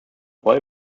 freue